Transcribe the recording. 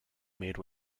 made